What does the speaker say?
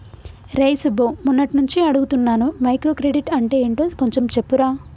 రేయ్ సుబ్బు, మొన్నట్నుంచి అడుగుతున్నాను మైక్రో క్రెడిట్ అంటే యెంటో కొంచెం చెప్పురా